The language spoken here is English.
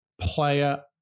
player